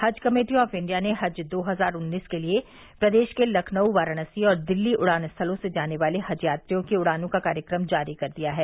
हज committee of India ने हज दो हज़ार उन्नीस के लिये प्रदेश के लखनऊ वाराणसी और दिल्ली उड़ान स्थलों से जाने वाले हज यात्रियों की उड़ानों का कार्यक्रम जारी कर दिया है